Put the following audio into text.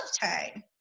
time